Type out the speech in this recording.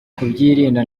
kubyirinda